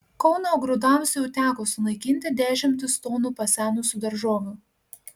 kauno grūdams jau teko sunaikinti dešimtis tonų pasenusių daržovių